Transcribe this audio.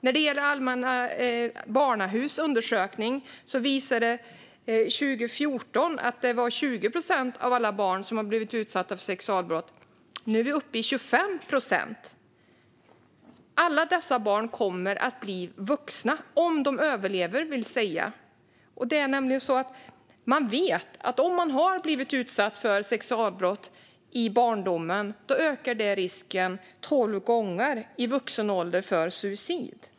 Stiftelsen Allmänna Barnhusets undersökning visade att 2014 var det 20 procent av alla barn som blivit utsatta för sexualbrott. Nu är vi uppe i 25 procent. Alla dessa barn kommer att bli vuxna, om de överlever vill säga. Man vet att om någon har blivit utsatt för sexualbrott i barndomen ökar det risken tolv gånger för suicid i vuxen ålder.